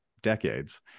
decades